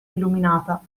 illuminata